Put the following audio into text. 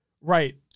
Right